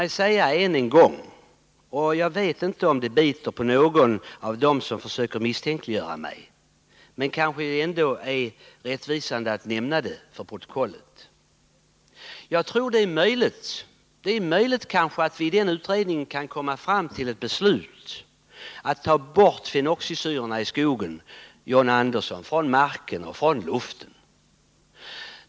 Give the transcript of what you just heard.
Jag vet inte om det biter på någon av dem som försöker misstänkliggöra mig, men låt mig än en gång säga — det är kanske ändå bäst att få med det i protokollet — att jag tror att det kan vara möjligt att i utredningen komma fram till ett beslut, John Andersson, att ta bort fenoxisyrorna i skogen, från marken och från luften.